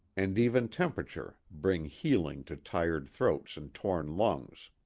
and even temperature, bring healing to tired throats and torn lungs.